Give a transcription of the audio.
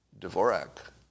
Dvorak